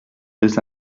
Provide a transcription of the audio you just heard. deux